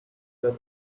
that